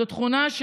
זו תכונה,